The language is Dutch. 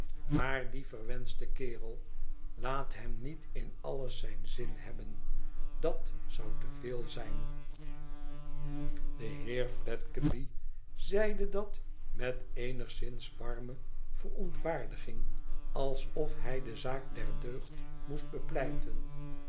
maar die verwenschte kerel laat hem niet in alles zijn zin hebben dat zou te veel zijn de heer fledgeby zeide dat met eenigszins warme verontwaardiging alsof hij de zaak der deugd moest bepleiten